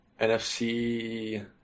NFC